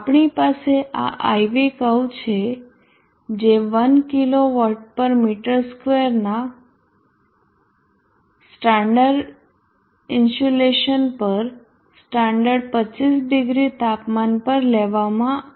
આપણી પાસે આ IV કર્વ છે જે 1 કિલો વોટ પર મીટર સ્ક્વેરના સ્ટાન્ડર્ડ ઇન્સ્યુલેશન પર અને સ્ટાન્ડર્ડ 25 ડીગ્રી તાપમાન પર લેવામાં આવે છે